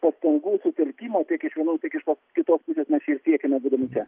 pastangų sutelkimo tiek iš vienos tiek iš kitos pusės mes ir siekiame būdami čia